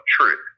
truth